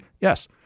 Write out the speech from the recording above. yes